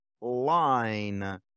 line